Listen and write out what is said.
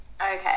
Okay